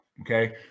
Okay